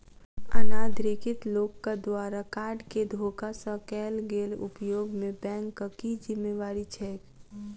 अनाधिकृत लोकक द्वारा कार्ड केँ धोखा सँ कैल गेल उपयोग मे बैंकक की जिम्मेवारी छैक?